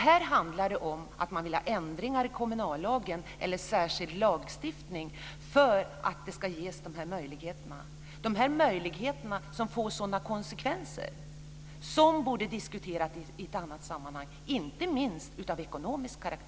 Här handlar det om att man vill ha ändringar i kommunallagen eller särskild lagstiftning för att de här möjligheterna ska ges. Dessa möjligheter får konsekvenser, inte minst av ekonomisk karaktär, som borde diskuteras i ett annat sammanhang.